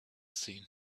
ziehen